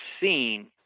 seen